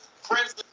friends